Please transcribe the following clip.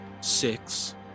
Six